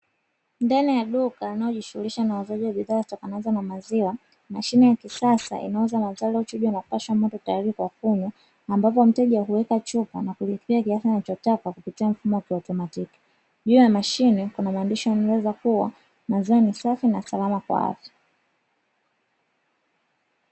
Ndani ya duka linalojishughulisha na uuzaji wa bidhaa zitokanazo na maziwa, mashine ya kisasa inauza maziwa yaliyopashwa moto tayari kwa kunywa ambapo mteja huweka chupa na kulipia kiasi anachotaka kupitia mfumo wa kiautomatiki, juu ya mashine kuna maandishi yanayoelezea kuwa maziwa ni safi na salama kwa afya.